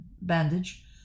bandage